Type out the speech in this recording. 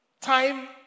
time